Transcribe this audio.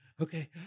Okay